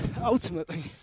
ultimately